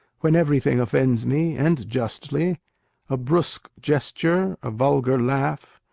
when everything offends me, and justly a brusque gesture, a vulgar laugh,